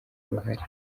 uruhare